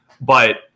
but-